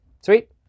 Sweet